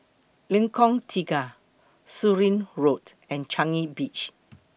Lengkong Tiga Surin Road and Changi Beach